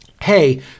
Hey